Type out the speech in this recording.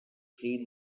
fee